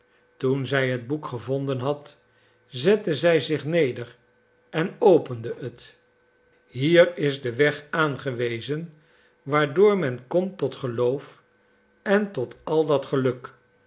toen zij het boek gevonden had zette zij zich neder en opende het hier is de weg aangewezen waardoor men komt tot geloof en tot al dat geluk